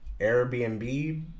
Airbnb